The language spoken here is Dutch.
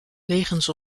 wegens